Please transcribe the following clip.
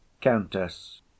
countess